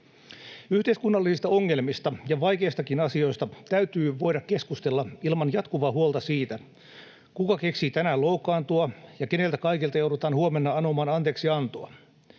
Yhteiskunnallisista ongelmista ja vaikeistakin asioista täytyy voida keskustella ilman jatkuvaa huolta siitä, kuka keksii tänään loukkaantua ja keiltä kaikilta joudutaan huomenna anomaan anteeksiantoa.